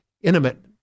intimate